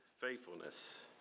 faithfulness